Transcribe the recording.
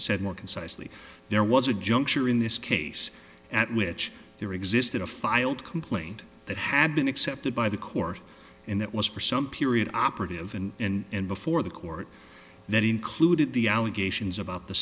said more concisely there was a juncture in this case at which there existed a filed complaint that had been accepted by the court and that was for some period operative and before the court that included the allegations about the